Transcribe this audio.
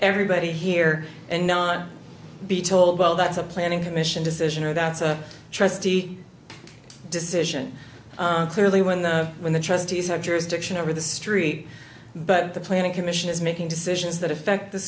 everybody here and not be told well that's a planning commission decision or that's a trustee decision clearly when the when the trustees have jurisdiction over the street but the planning commission is making decisions that affect the